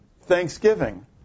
thanksgiving